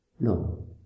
No